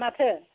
माथो